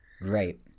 Right